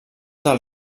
del